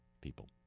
people